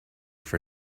for